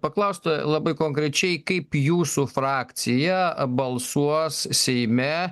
paklausti labai konkrečiai kaip jūsų frakcija balsuos seime